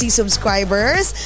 subscribers